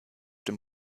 dem